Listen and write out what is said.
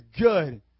good